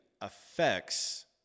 affects